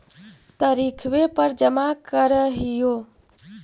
तरिखवे पर जमा करहिओ?